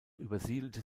übersiedelte